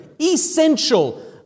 essential